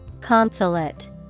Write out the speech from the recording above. Consulate